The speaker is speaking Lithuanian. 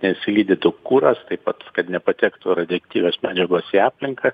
nesilydytų kuras taip pat kad nepatektų radioaktyvios medžiagos į aplinką